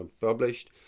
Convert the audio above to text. published